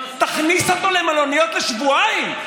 תכניס אותם למלוניות לשבועיים.